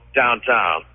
downtown